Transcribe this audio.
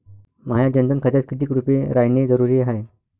माह्या जनधन खात्यात कितीक रूपे रायने जरुरी हाय?